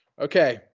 okay